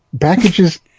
Packages